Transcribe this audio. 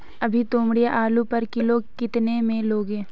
अभी तोमड़िया आलू पर किलो कितने में लोगे?